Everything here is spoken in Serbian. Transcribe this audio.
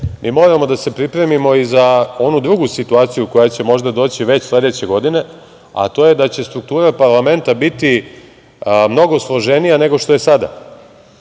Mi moramo da se pripremimo i za onu drugu situaciju koja će možda doći već sledeće godine, a to je da će struktura parlamenta biti mnogo složenija nego što je sada